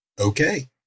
okay